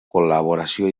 col·laboració